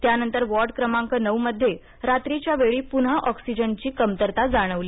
त्यानंतर वॉर्ड क्रमांक नऊमध्ये रात्रीच्या वेळी पुन्हा ऑक्सिजनची कमतरता जाणवली